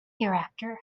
hereafter